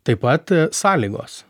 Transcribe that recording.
taip pat sąlygos